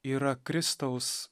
yra kristaus